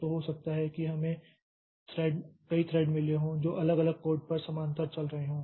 तो हो सकता है कि हमें कई थ्रेड मिले हों जो अलग अलग कोड पर समानांतर चल रहे हों